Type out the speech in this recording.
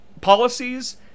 policies